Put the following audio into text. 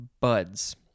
buds